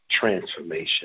transformation